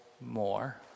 more